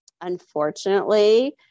Unfortunately